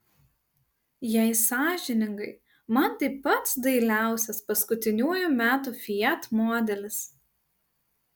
jei sąžiningai man tai pats dailiausias paskutiniųjų metų fiat modelis